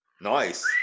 nice